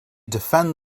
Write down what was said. defend